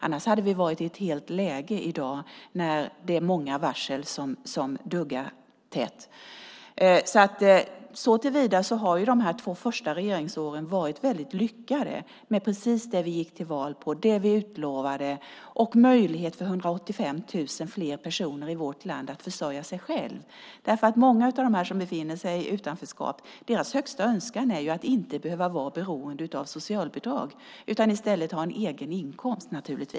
Annars hade vi varit i ett helt annat läge i dag när varslen duggar tätt. Såtillvida har de två första regeringsåren varit väldigt lyckade med tanke på det vi gick till val på och utlovade. De har inneburit en möjlighet för 185 000 fler personer i vårt land att försörja sig själva. Många av dem som befinner sig i utanförskap har som sin högsta önskan att inte behöva vara beroende av socialbidrag utan i stället ha en egen inkomst.